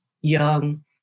young